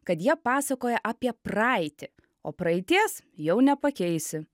kad jie pasakoja apie praeitį o praeities jau nepakeisi